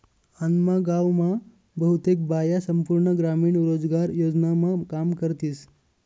आम्ना गाव मा बहुतेक बाया संपूर्ण ग्रामीण रोजगार योजनामा काम करतीस